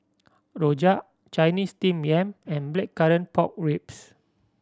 Rojak Chinese Steamed Yam and Blackcurrant Pork Ribs